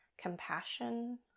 compassion